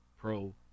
pro